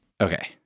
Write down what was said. Okay